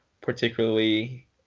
Particularly